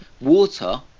water